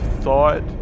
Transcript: thought